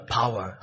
power